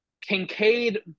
Kincaid